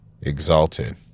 exalted